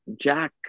Jack